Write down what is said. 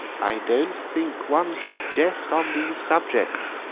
i don't think one should jest on these subjects,